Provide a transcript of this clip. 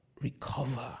recover